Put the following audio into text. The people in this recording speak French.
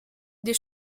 des